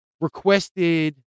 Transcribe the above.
requested